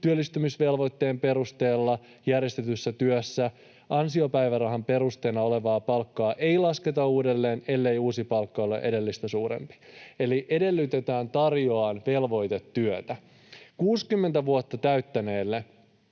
työllistämisvelvoitteen perusteella järjestetyssä työssä, ansiopäivärahan perusteena olevaa palkkaa ei lasketa uudelleen, ellei uusi palkka ole edellistä suurempi, eli edellytetään tarjoamaan velvoitetyötä. 60 vuotta täyttäneelle